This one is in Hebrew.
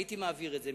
הייתי מעביר את זה,